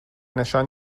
نشان